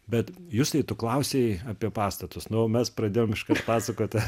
bet justai tu klausei apie pastatus na o mes pradėjom šn pasakot